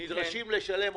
נדרשים לשלם ביטוח לאומי.